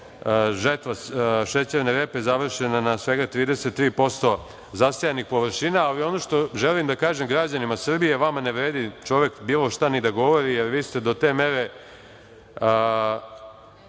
žetva šećerne repe završena na svega 33% zasejanih površina, ali ono što želim da kažem građanima Srbije, vama ne vredi čovek bilo šta ni da govori, jer ste vi do te mere